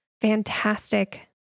fantastic